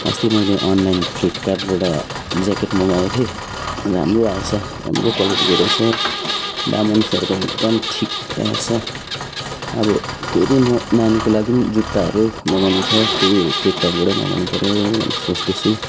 अस्ति मैले अन्लाइन फ्लिपकार्डबाट ज्याकेट मगाएको थिएँ राम्रो आएछ राम्रो क्वालिटिको रहेछ दाम अनुसारको एकदम ठिक आएछ अब फेरि म नानीको लागि पनि जुत्ताहरू मगाउनु छ त्यही फ्लिपकार्टबाटै मगाउनु पर्यो भनेर सोच्दैछु